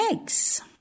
eggs